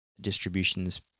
distributions